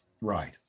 Right